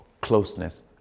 closeness